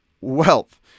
wealth